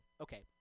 Okay